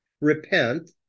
Repent